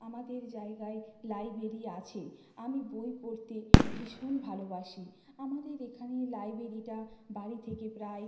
আমাদের জায়গায় লাইব্রেরি আছে আমি বই পড়তে ভীষণ ভালোবাসি আমাদের এখানে লাইব্রেরিটা বাড়ি থেকে প্রায়